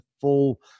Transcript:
full